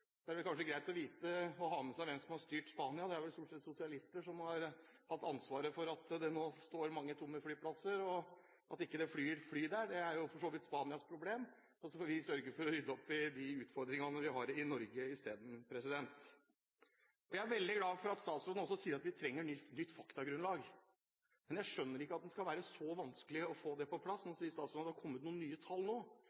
er det kanskje greit å ha med seg hvem som har styrt Spania. Det er vel stort sett sosialister som har hatt ansvaret for at mange flyplasser nå står tomme og at fly ikke flyr der. Det er for så vidt Spanias problem. Vi får sørge for å rydde opp i de utfordringene vi har i Norge i stedet. Jeg er veldig glad for at statsråden også sier at vi trenger nytt faktagrunnlag. Men jeg skjønner ikke at det skal være så vanskelig å få det på plass.